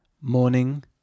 Morning